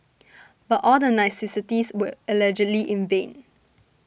but all the niceties were allegedly in vain